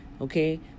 Okay